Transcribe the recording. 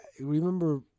remember